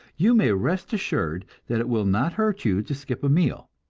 you may rest assured that it will not hurt you to skip a meal,